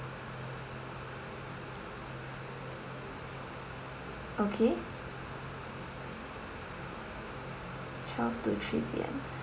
okay twelve to three P_M